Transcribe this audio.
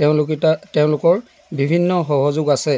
তেওঁলোক এটা তেওঁলোকৰ বিভিন্ন সহযোগ আছে